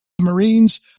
Marines